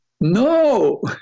No